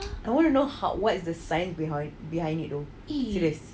I want to know how what is the science behind it though serious